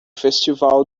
festival